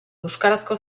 euskarazko